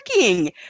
working